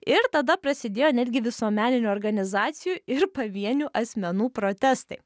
ir tada prasidėjo netgi visuomeninių organizacijų ir pavienių asmenų protestai